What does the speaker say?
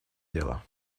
дело